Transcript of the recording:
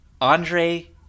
Andre